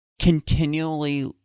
continually